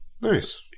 Nice